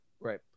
Right